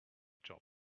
job